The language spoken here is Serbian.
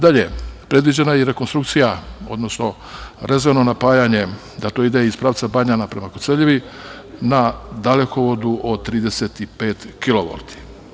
Dalje, predviđena je i rekonstrukcija, odnosno rezervno napajanje da to ide iz pravca Banjana prema Koceljevi na dalekovodu od 35 kilovolti.